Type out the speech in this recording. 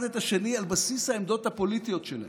את השני על בסיס העמדות הפוליטיות שלהם.